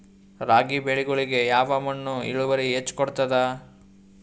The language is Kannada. ರಾಗಿ ಬೆಳಿಗೊಳಿಗಿ ಯಾವ ಮಣ್ಣು ಇಳುವರಿ ಹೆಚ್ ಕೊಡ್ತದ?